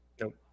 Nope